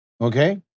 Okay